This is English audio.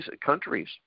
countries